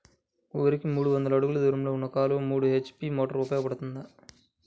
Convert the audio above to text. వరికి మూడు వందల అడుగులు దూరంలో ఉన్న కాలువలో మూడు హెచ్.పీ మోటార్ ఉపయోగపడుతుందా?